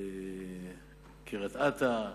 בקריית-אתא,